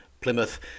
Plymouth